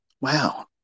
Wow